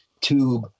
tube